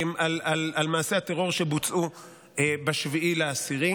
על מעשי הטרור שבוצעו ב-7 באוקטובר,